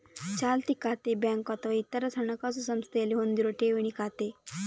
ಚಾಲ್ತಿ ಖಾತೆ ಬ್ಯಾಂಕು ಅಥವಾ ಇತರ ಹಣಕಾಸು ಸಂಸ್ಥೆಯಲ್ಲಿ ಹೊಂದಿರುವ ಠೇವಣಿ ಖಾತೆ